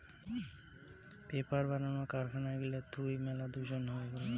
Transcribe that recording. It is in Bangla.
পেপার বানানো কারখানা গিলা থুই মেলা দূষণ তৈরী হই